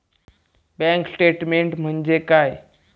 Bank statement म्हणजे काय?